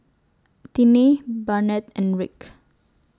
Tiney Barnett and Rick